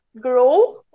grow